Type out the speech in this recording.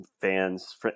fans